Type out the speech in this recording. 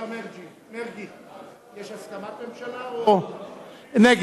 השר מרגי, יש הסכמת ממשלה או נגד?